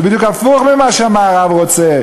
זה בדיוק הפוך ממה שהמערב רוצה.